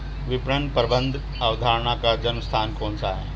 विपणन प्रबंध अवधारणा का जन्म स्थान कौन सा है?